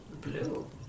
blue